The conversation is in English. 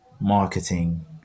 marketing